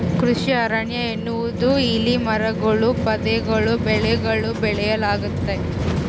ಕೃಷಿ ಅರಣ್ಯ ಎನ್ನುವುದು ಇಲ್ಲಿ ಮರಗಳೂ ಪೊದೆಗಳೂ ಬೆಳೆಗಳೂ ಬೆಳೆಯಲಾಗ್ತತೆ